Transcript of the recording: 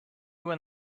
when